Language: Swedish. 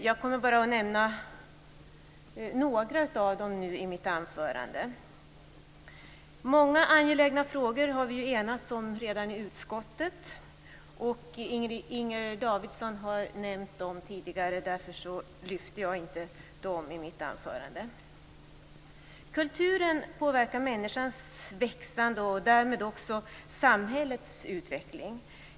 Jag kommer bara att nämna några av dem nu i mitt anförande. Många angelägna frågor har vi enats om redan i utskottet. Inger Davidson har nämnt dem tidigare, och därför lyfter jag inte fram dem i mitt anförande. Kulturen påverkar människans växande och därmed också samhällets utveckling.